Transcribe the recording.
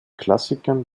klassikern